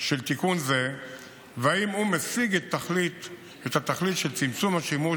של תיקון זה ואם הוא משיג את התכלית של צמצום השימוש